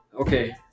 okay